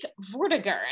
Vortigern